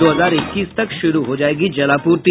दो हजार इक्कीस तक शुरू हो जायेगी जलापूर्ति